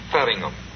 Faringham